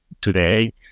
today